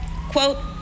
Quote